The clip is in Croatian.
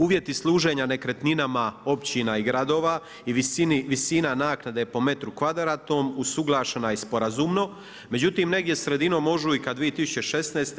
Uvjeti služenja nekretninama općina i gradova i visina naknade po metru kvadratnom usuglašena je sporazumno, međutim negdje sredinom ožujka 2016.